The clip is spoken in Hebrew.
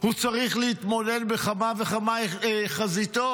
הוא צריך להתמודד בכמה וכמה חזיתות.